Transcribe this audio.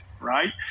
Right